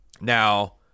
Now